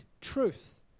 truth